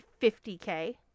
50K